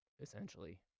essentially